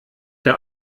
der